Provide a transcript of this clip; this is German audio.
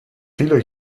viele